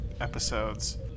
episodes